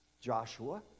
Joshua